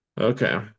Okay